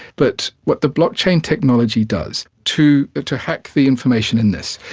but what the blockchain technology does, to to hack the information in this,